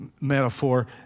metaphor